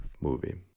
movie